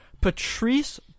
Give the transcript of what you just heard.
Patrice